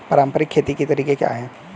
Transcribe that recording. पारंपरिक खेती के तरीके क्या हैं?